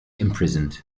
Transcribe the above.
imprisoned